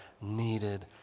needed